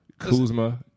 Kuzma